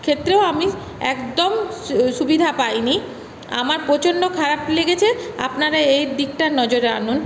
ক্ষেত্রেও আমি একদম সুবিধা পাইনি আমার প্রচণ্ড খারাপ লেগেছে আপনারা এই দিকটা নজরে আনুন